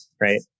right